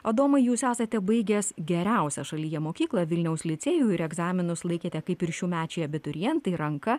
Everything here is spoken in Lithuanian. adomai jūs esate baigęs geriausią šalyje mokyklą vilniaus licėjų ir egzaminus laikėte kaip ir šiųmečiai abiturientai ranka